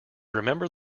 remember